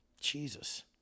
Jesus